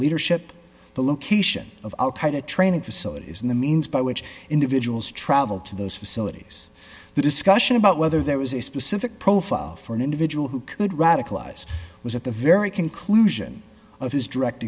leadership the location of the training facilities and the means by which individuals traveled to those facilities the discussion about whether there was a specific profile for an individual who could radicalize was at the very conclusion of his direct